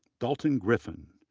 dalton griffin,